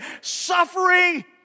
Suffering